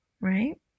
right